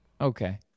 Okay